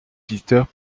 visiteurs